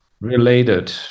related